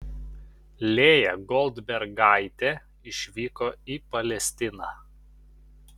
lėja goldbergaitė išvyko į palestiną